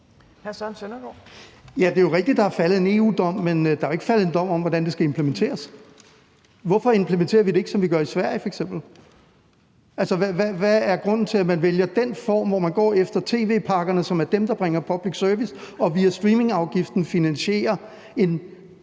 Ja, det er rigtigt, at der er faldet en EU-dom, men der er ikke faldet en dom om, hvordan det skal implementeres. Hvorfor implementerer vi det ikke, som de gør i f.eks. Sverige? Hvad er grunden til, at man vælger den form, hvor man går efter tv-pakkerne, som er dem, der bringer public service og via streamingafgiften finansierer en